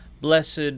Blessed